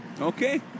Okay